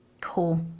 Cool